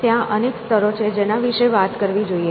ત્યાં અનેક સ્તરો છે જેના વિશે વાત કરવી જોઈએ